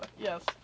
yes